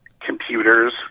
computers